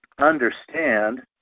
understand